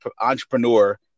entrepreneur